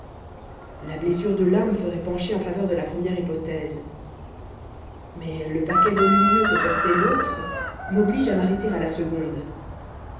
la blessure de l'un me ferait pencher en faveur de la première hypothèse mais le paquet volumineux que portait l'autre m'oblige à m'arrêter à la seconde